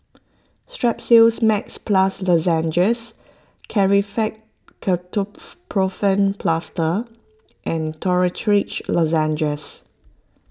Strepsils Max Plus Lozenges Ketoprofen Plaster and Dorithricin Lozenges